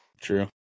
true